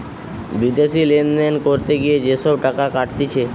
বিদেশি লেনদেন করতে গিয়ে যে সব টাকা কাটতিছে